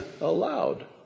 allowed